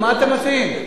מה אתם מציעים?